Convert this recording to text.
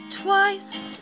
twice